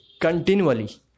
Continually